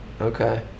Okay